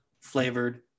flavored